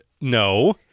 No